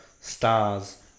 stars